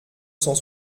cent